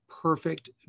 perfect